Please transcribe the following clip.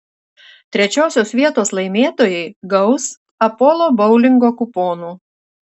trečiosios vietos laimėtojai gaus apolo boulingo kuponų